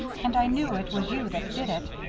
and i knew it was you that did it,